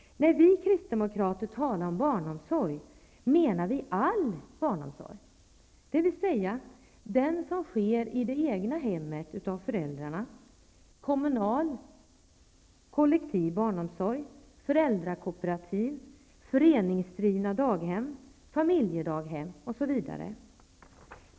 När vi kristdemokrater talar om barnomsorg menar vi all barnomsorg, dvs. den som sker i det egna hemmet av föräldrarna, kommunal kollektiv barnomsorg, föräldrakooperativ, föreningsdrivna daghem, familjedaghem osv.